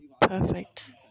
perfect